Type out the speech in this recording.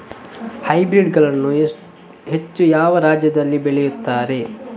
Hybrid ಗಳನ್ನು ಹೆಚ್ಚು ಯಾವ ರಾಜ್ಯದಲ್ಲಿ ಬೆಳೆಯುತ್ತಾರೆ?